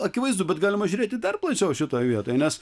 akivaizdu bet galima žiūrėti dar plačiau šitoj vietoj nes